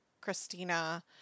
Christina